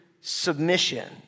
submission